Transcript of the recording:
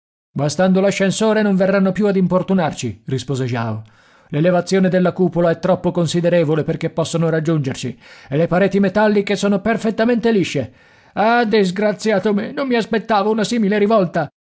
guastando l'ascensore non verranno più ad importunarci rispose jao l'elevazione della cupola è troppo considerevole perché possano raggiungerci e le pareti metalliche sono perfettamente lisce ah disgraziato me non mi aspettavo una simile rivolta